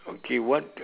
okay what